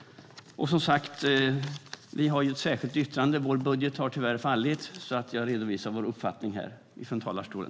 Som sagt har vi ett särskilt yttrande. Vår budget har tyvärr fallit, men jag har redovisat vår uppfattning här i talarstolen.